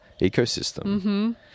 ecosystem